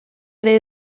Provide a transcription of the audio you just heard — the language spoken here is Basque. ere